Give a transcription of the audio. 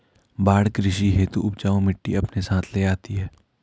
बाढ़ कृषि हेतु उपजाऊ मिटटी अपने साथ ले आती है